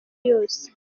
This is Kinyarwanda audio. yose